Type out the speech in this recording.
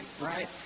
right